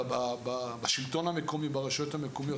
בשלטון המקומי ברשויות המקומיות,